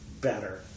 better